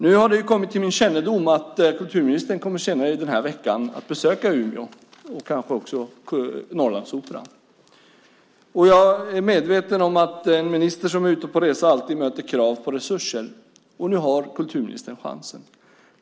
Nu har det kommit till min kännedom att kulturministern senare i denna vecka kommer att besöka Umeå och kanske också Norrlandsoperan. Jag är medveten om att en minister ute på resa alltid möter krav på resurser, men nu har kulturministern chansen.